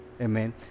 Amen